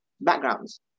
backgrounds